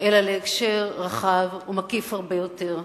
אלא להקשר רחב ומקיף הרבה יותר.